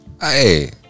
Hey